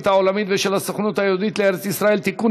העולמית ושל הסוכנות היהודית לארץ-ישראל (תיקון,